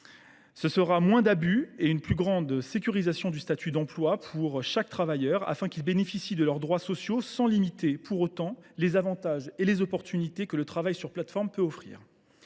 un recul des abus et une plus grande sécurisation du statut d’emploi pour chaque travailleur, avec plus de droits sociaux, sans limiter pour autant les avantages et les possibilités que le travail sur plateforme peut offrir.